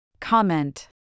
Comment